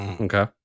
Okay